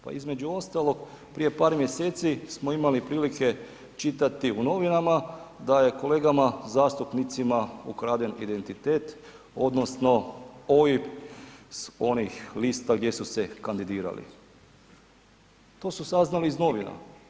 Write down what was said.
Pa između ostalog prije par mjeseci smo imali prilike čitati u novinama da je kolegama zastupnicima ukraden identitet odnosno OIB s onih lista gdje su se kandidirali, to su saznali iz novina.